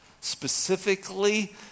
specifically